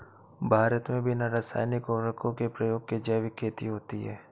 भारत मे बिना रासायनिक उर्वरको के प्रयोग के जैविक खेती होती है